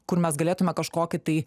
kur mes galėtume kažkokį tai